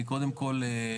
אני בכל זאת אשאל אותך שאלה.